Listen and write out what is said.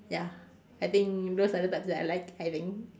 ya I think those are types that I like I think